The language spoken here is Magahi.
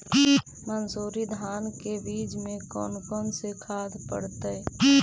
मंसूरी धान के बीज में कौन कौन से खाद पड़तै?